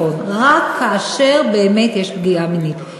נכון, רק כאשר באמת יש פגיעה מינית.